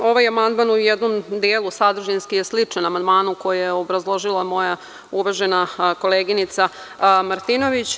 Ovaj amandman u jednom delu sadržinski je sličan amandmanu koji je obrazložila moja uvažena koleginica Martinović.